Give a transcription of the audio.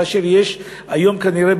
כאשר יש היום כנראה,